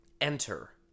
Enter